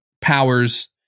powers